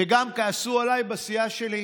וגם כעסו עליי בסיעה שלי,